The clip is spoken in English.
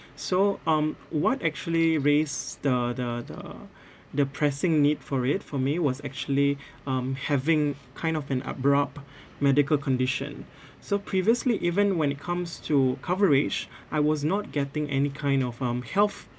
so um what actually raise the the the the pressing need for it for me was actually um having kind of an abrupt medical condition so previously even when it comes to coverage I was not getting any kind of um health